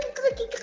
click it,